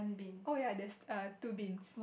oh ya there's err two beans